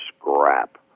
scrap